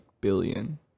billion